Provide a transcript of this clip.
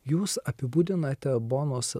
jūs apibūdinate bonos